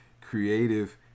creative